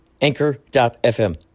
Anchor.fm